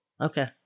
okay